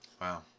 wow